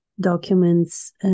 documents